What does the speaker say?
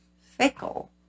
fickle